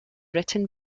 written